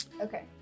okay